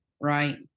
Right